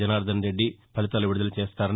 జనార్దన్ రెడ్డి ఫలితాలు విడుదల చేయనున్నారు